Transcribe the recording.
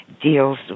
deals